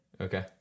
Okay